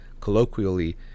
colloquially